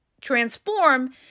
transform